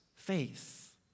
faith